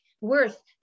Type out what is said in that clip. worth